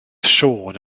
siôn